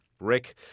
Rick